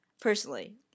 personally